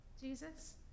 Jesus